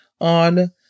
on